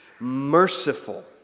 merciful